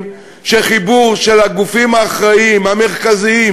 שחיבור של הגופים האחראיים המרכזיים,